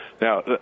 Now